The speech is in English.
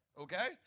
Okay